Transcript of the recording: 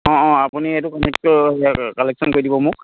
অ' অ' আপুনি এইটো কালেকশ্যন কৰি দিব মোক